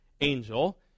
angel